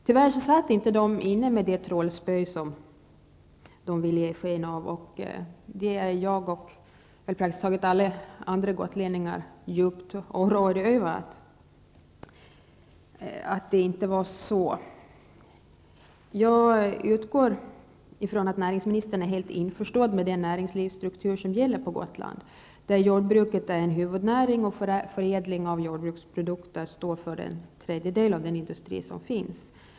Tyvärr satt inte dessa centerpartister inne med det trollspö som de ville ge sken av att ha, och detta är jag och praktiskt taget alla andra gotlänningar djupt oroliga över. Jag utgår från att näringsministern är helt införstådd med den näringslivsstruktur som gäller på Gotland, där jordbruket är en huvudnäring och förädling av jordbruksprodukter står för en tredjedel av den industri som finns.